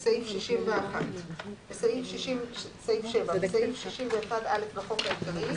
617. בסעיף 61(א) לחוק העיקרי,